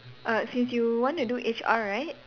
uh since you want to do H_R right